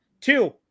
Two